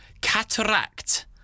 Cataract